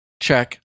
check